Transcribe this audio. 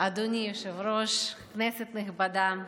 אדוני היושב-ראש, כנסת נכבדה,